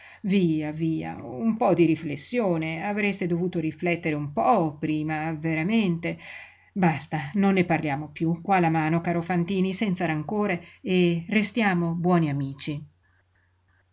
via via un po di riflessione avreste dovuto riflettere un po prima veramente basta non ne parliamo piú qua la mano caro fantini senza rancore e restiamo buoni amici